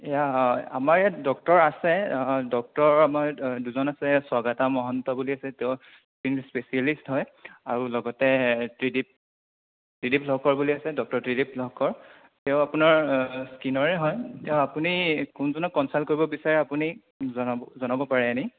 এইয়া আমাৰ ইয়াত ডক্টৰ আছে ডক্টৰ আমাৰ ইয়াত দুজন আছে স্বাগতা মহন্ত বুলি আছে তেওঁ স্কীন স্পেচিয়েলিষ্ট হয় আৰু লগতে ত্ৰিদিপ ত্ৰিদিপ লহকৰ বুলি আছে ডক্টৰ ত্ৰিদিপ লহকৰ তেওঁ আপোনাৰ স্কীনৰে হয় এতিয়া আপুনি কোনজনক কনচাল্ট কৰিব বিচাৰে আপুনি জনাব জনাব পাৰে এনেই